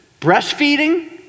breastfeeding